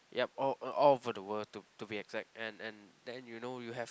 yup all a all over the world to to be exact and and then you know you have